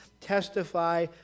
testify